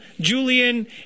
Julian